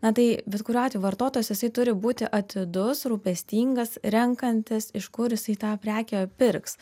na tai bet kuriuo atveju vartotojas jisai turi būti atidus rūpestingas renkantis iš kur jisai tą prekę pirks